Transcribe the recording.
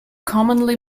commonly